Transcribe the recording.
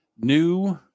new